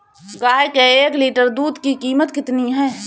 गाय के एक लीटर दूध की कीमत कितनी है?